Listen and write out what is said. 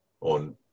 on